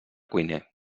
cuiner